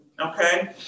Okay